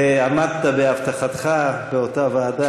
ועמדת בהבטחתך באותה ועדה.